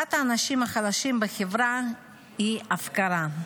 הזנחת האנשים החלשים בחברה היא הפקרה.